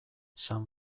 san